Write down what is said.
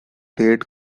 played